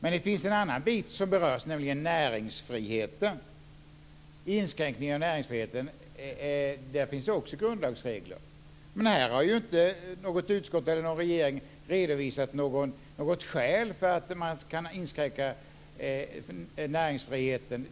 En annan bit berörs också, nämligen näringsfriheten och inskränkningen av denna. Där finns det också grundlagsregler men varken något utskott eller regeringen har redovisat något skäl för att inskränka näringsfriheten.